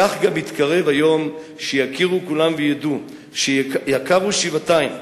כך גם מתקרב היום שיכירו כולם וידעו שיקר הוא שבעתיים,